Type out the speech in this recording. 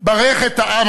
ברך את העם